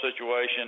situation